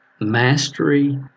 mastery